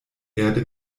erde